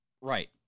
Right